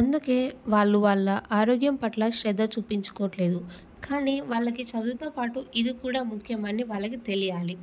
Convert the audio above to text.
అందుకే వాళ్ళు వాళ్ళ ఆరోగ్యం పట్ల శ్రద్ధ చూపించుకోవట్లేదు కానీ వాళ్ళకి చదువుతోపాటు ఇది కూడా ముఖ్యమని వాళ్ళకి తెలియాలి